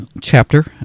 chapter